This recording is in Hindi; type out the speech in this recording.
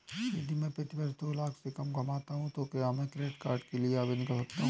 यदि मैं प्रति वर्ष दो लाख से कम कमाता हूँ तो क्या मैं क्रेडिट कार्ड के लिए आवेदन कर सकता हूँ?